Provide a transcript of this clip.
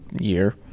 year